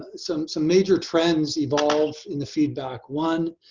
some some major trends evolve in the feedback. one,